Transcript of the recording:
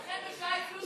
אצלכם בשעה הצביעו 80 איש.